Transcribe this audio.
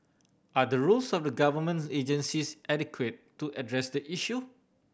are the rules of the government agencies adequate to address the issue